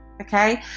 Okay